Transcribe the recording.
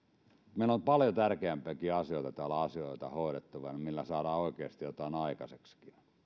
meillä on täällä hoidettavana paljon tärkeämpiäkin asioita joilla saadaan oikeasti jotain aikaiseksikin